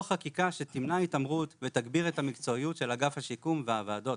חקיקה שתמנע התעמרות ותגביר את המקצועיות של אגף השיקום והוועדות.